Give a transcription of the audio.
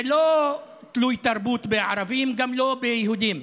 זה לא תלוי תרבות של ערבים, גם לא של יהודים.